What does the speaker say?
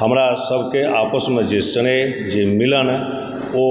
हमरा सबकेँ आपसमे जे स्नेह जे मिलन ओ